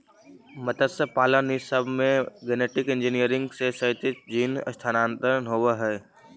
मत्स्यपालन ई सब में गेनेटिक इन्जीनियरिंग से क्षैतिज जीन स्थानान्तरण होब हई